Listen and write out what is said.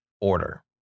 order